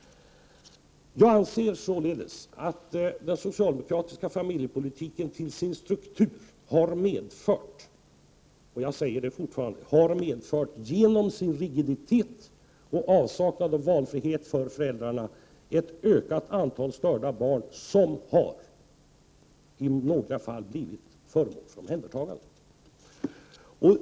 Jag anser således att den socialdemokratiska familjepolitiken till sin struktur, genom sin rigiditet och avsaknad av valfrihet för föräldrarna, har medfört ett ökat antal störda barn, som i några fall har blivit föremål för omhändertagande.